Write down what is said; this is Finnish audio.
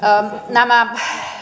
nämä